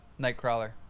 Nightcrawler